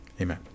amen